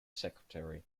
secretary